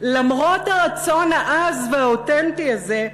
למרות הרצון העז והאותנטי הזה,